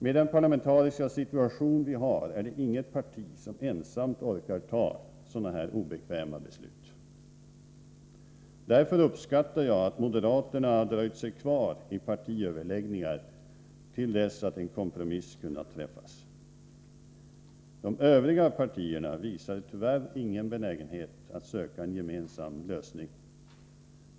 Med den parlamentariska situation vi har, är det inget parti som ensamt orkar fatta sådana här obekväma beslut. Jag uppskattar därför att moderaterna har dröjt sig kvar i partiöverläggningar till dess att en kompromiss kunnat träffas. De övriga partierna visade tyvärr ingen benägenhet att söka en gemensam lösning.